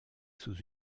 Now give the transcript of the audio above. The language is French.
sous